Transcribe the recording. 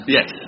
Yes